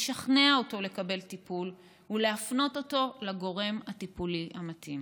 לשכנע אותו לקבל טיפול ולהפנות אותו לגורם הטיפולי המתאים.